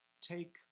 take